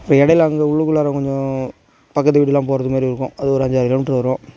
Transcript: இப்போ இடையில அங்கே உள்ளுக்குள்ளாற கொஞ்சம் பக்கத்து வீட்டுக்குலாம் போகிறது மாரி இருக்கும் அது ஒரு அஞ்சாறு கிலோமீட்ரு வரும்